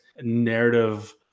narrative